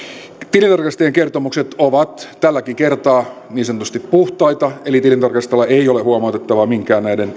tilintarkastajien kertomukset ovat tälläkin kertaa niin sanotusti puhtaita eli tilintarkastajilla ei ole huomautettavaa minkään näiden